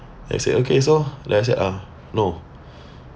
I said okay so then I say uh no